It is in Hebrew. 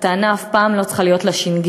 הטענה אף פעם לא צריכה להיות לש"ג,